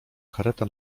kareta